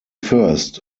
first